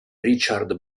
richard